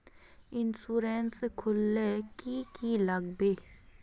Insurance खोले की की लगाबे?